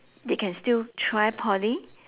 they can still try poly